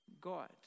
God